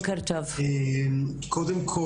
קודם כל,